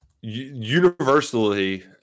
universally –